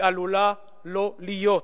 היא עלולה לא להיות.